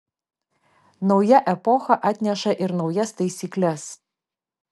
nauja epocha atneša ir naujas taisykles